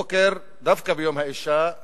הבוקר, דווקא ביום האשה,